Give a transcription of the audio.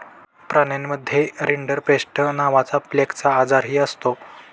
प्राण्यांमध्ये रिंडरपेस्ट नावाचा प्लेगचा आजारही असतो